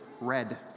red